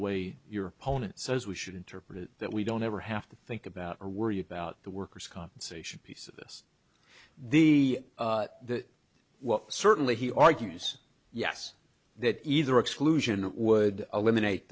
way your opponent says we should interpret it that we don't ever have to think about or worry about the workers compensation piece of this the well certainly he argues yes that either exclusion would eliminate